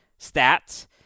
stats